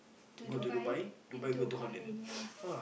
to Dubai then to Holland ya